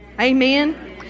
Amen